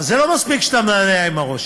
אבל זה לא מספיק שאתה מנענע עם הראש,